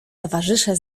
towarzysze